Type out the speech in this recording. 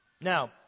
Now